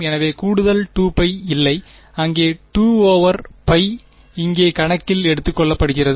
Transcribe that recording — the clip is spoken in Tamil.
எனவே கூடுதல் 2π இல்லை அங்கே 2 ஓவர் π இங்கே கணக்கில் எடுத்துக்கொள்ளப்படுகிறது